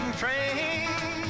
train